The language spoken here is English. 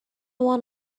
want